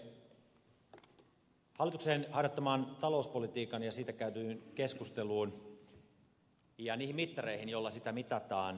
hallituksen harjoittamasta talouspolitiikasta käytyyn keskusteluun ja niihin mittareihin joilla talouspolitiikan onnistumista mitataan